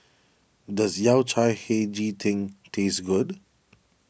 does Yao Cai Hei Ji Tang taste good